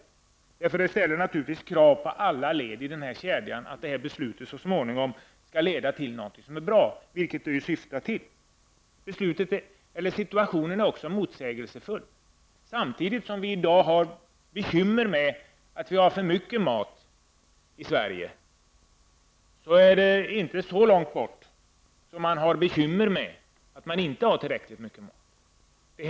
Det här beslutet ställer naturligtvis krav på alla led i den här kedjan, när det så småningom skall leda någonting som är bra, något som det naturligtvis syftar till. Situationen är också motsägelsefull. Samtidigt som vi i dag har bekymmer med att vi har för mycket mat i Sverige, är det inte så långt till delar av världen där bekymret är att man inte har tillräckligt mycket mat.